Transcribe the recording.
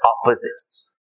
opposites